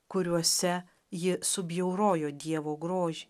kuriuose ji subjaurojo dievo grožį